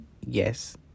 yes